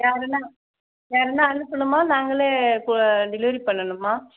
யாருன்னா யாருன்னா அனுப்பனுமா நாங்கள் டெலிவரி பண்ணணுமா